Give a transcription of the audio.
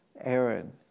Aaron